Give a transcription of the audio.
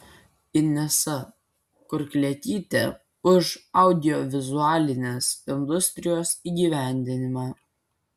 inesa kurklietytė už audiovizualinės industrijos įgyvendinimą